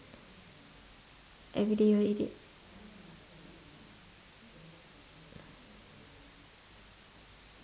everyday you'll eat it